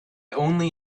only